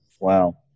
Wow